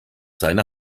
seine